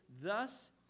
thus